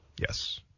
Yes